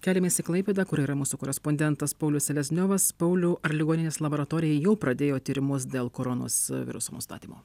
keliamės į klaipėdą kur yra mūsų korespondentas paulius selezniovas pauliau ar ligoninės laboratorija jau pradėjo tyrimus dėl koronos viruso nustatymo